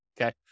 okay